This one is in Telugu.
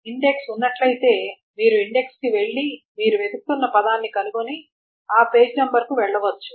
ఇండెక్స్ ఉన్నట్లయితే మీరు ఇండెక్స్ కు వెళ్లి మీరు వెతుకుతున్న పదాన్ని కనుగొని ఆ పేజీ నంబర్కు వెళ్లవచ్చు